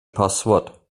passwort